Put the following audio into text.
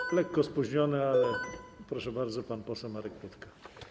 I lekko spóźniony - ale proszę bardzo - pan poseł Marek Rutka.